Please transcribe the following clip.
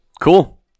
Cool